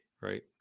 right